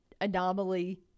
anomaly